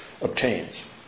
obtains